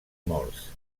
morts